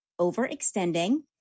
overextending